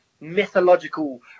mythological